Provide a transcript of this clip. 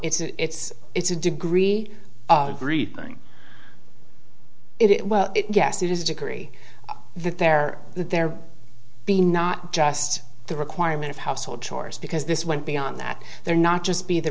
it's it's a degree of three thing it well yes it is a decree that there that there be not just the requirement of household chores because this went beyond that there not just be the